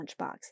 lunchbox